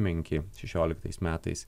menki šešioliktais metais